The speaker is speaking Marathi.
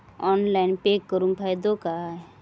ऑनलाइन पे करुन फायदो काय?